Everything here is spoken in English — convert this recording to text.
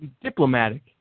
Diplomatic